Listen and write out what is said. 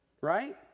right